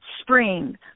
spring